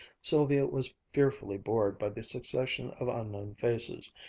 sylvia was fearfully bored by the succession of unknown faces,